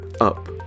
Up